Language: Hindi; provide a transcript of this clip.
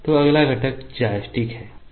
तो अगला घटक जॉयस्टिक है